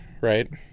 right